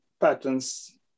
patterns